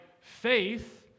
faith